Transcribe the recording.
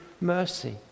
mercy